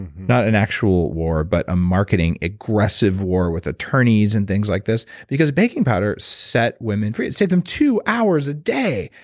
not an actual war, but a marketing aggressive with attorneys and things like this, because baking powder set women free. it saved them two hours a day,